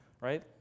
Right